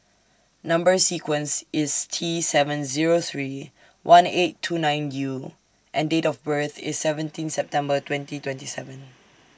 Number sequence IS T seven Zero three one eight two nine U and Date of birth IS seventeen September twenty twenty seven